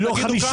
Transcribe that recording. לא 50,